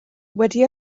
wedi